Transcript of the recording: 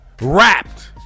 wrapped